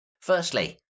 Firstly